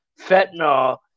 fentanyl